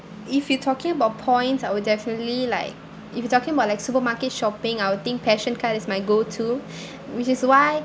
if you talking about points I will definitely like if you talking about like supermarket shopping I would think PAssion card is my go to which is why